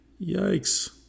Yikes